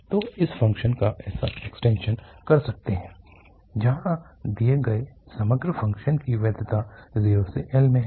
तो हम फ़ंक्शन का ऐसे एक्सटेंशन कर सकते हैं जहाँ दिए गए समग्र फ़ंक्शन की वैधता 0 से L में है